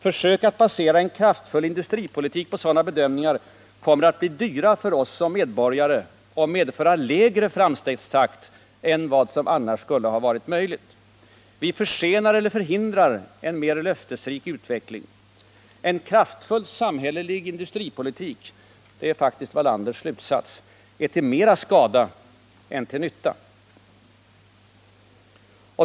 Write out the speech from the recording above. Försök att basera en kraftfull industripolitik på sådana bedömningar kommer att bli dyra för oss som medborgare och medföra lägre framstegstakt än vad som annars skulle ha varit möjligt. Vi försenar eller förhindrar en mer löftesrik utveckling. En kraftfull samhällelig industripolitik — det är faktiskt Wallanders slutsats — är till mer skada än nytta.